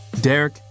Derek